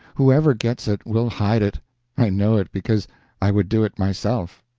whoever gets it will hide it i know it because i would do it myself.